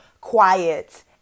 quiet